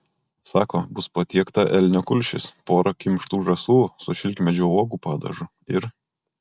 sako bus patiekta elnio kulšis pora kimštų žąsų su šilkmedžio uogų padažu ir